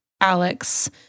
Alex